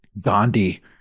Gandhi